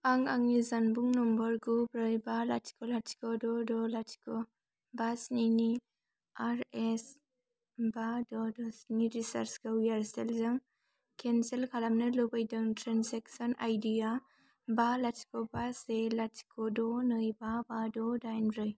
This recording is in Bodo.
आं आंनि जानबुं नम्बर गु ब्रै बा लाथिख' लाथिख' द' द' लाथिख' बा स्निनि आर एस बा द' द' स्नि रिचार्ज खौ एयारसेलजों केनसेल खालामनो लुबैदों ट्रेन्जेकसन आईडि आ बा लाथिख' बा से लाथिख' द' नै बा बा द' दाइन ब्रै